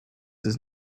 does